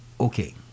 okay